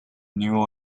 new